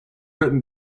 written